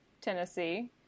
Tennessee